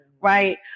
right